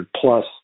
plus